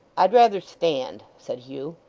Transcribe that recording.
i'd rather stand said hugh.